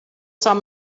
some